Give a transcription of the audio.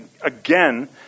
again